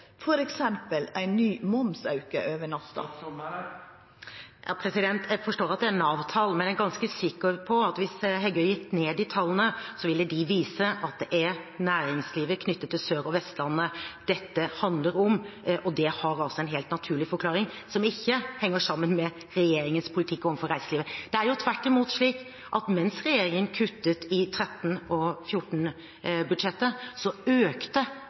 ny momsauke over natta? Jeg forstår at det er Nav-tall, men jeg er ganske sikker på at hvis Heggø gikk inn i tallene, ville de vise at det er næringslivet knyttet til Sør- og Vestlandet dette handler om, og det har altså en helt naturlig forklaring, som ikke henger sammen med regjeringens politikk overfor reiselivet. Det er tvert imot slik at mens regjeringen kuttet i 2013- og 2014-budsjettene, økte antallet overnattingsdøgn. I fjor økte